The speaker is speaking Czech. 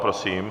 Prosím.